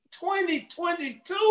2022